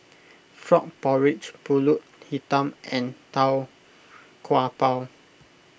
Frog Porridge Pulut Hitam and Tau Kwa Pau